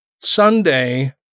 Sunday